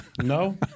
No